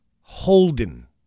Holden